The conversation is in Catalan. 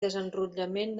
desenrotllament